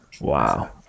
wow